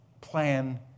plan